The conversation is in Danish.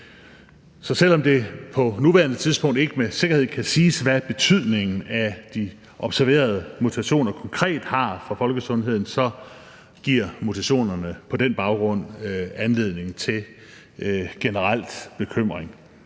Så selv om det på nuværende tidspunkt ikke med sikkerhed kan siges, hvad betydningen af de observerede mutationer konkret har for folkesundheden, så giver mutationerne på den baggrund anledning til generel bekymring.